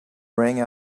rang